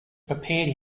prepared